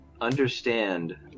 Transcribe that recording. understand